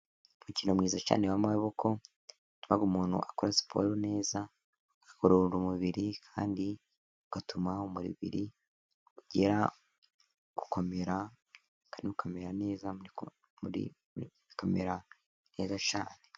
Umukino mwiza cyane w'amoboko yabaga umuntu akora siporo neza, akagorora umubiri kandi ugatuma umubiri ugera gukomera ukankamera neza muri kameratera nezaccyane.